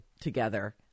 together